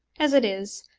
as it is,